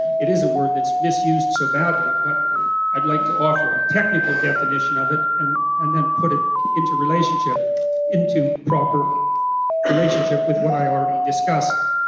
it is a word that's misused so badly but i'd like to offer a technical definition of it and and then put it into relationship into proper relationship with what i already discussed